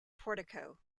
portico